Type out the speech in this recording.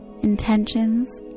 Intentions